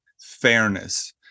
fairness